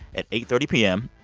at eight thirty pm.